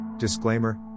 Disclaimer